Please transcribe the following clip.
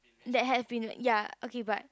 that have been like ya okay but